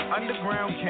Underground